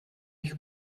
ich